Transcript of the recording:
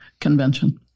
convention